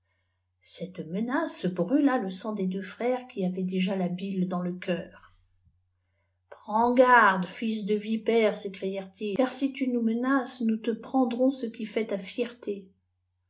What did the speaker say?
cette menace brûla le sang des deux frères qui avaient déjà la bilp dans le cœnr prends garde fils de vipère sécrièrent îvs car si tu nous menaces nous te prendrons ce qui fait ta fierté